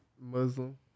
Muslim